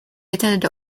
attended